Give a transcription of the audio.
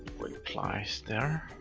replies there.